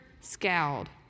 scowled